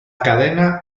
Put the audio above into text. cadena